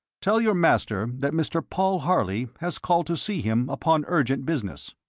tell your master that mr. paul harley has called to see him upon urgent business.